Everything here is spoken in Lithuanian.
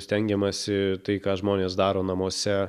stengiamasi tai ką žmonės daro namuose